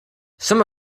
some